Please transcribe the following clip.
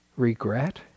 regret